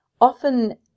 often